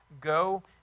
go